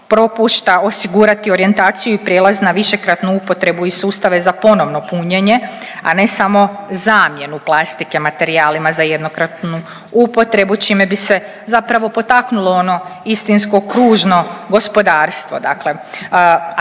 propušta osigurati orijentaciju i prijelaz na višekratnu upotrebu i sustave za ponovno punjenje, a ne samo zamjenu plastike materijalima za jednokratnu upotrebu čime bi se zapravo potaknulo ono istinsko kružno gospodarstvo. Dakle, a to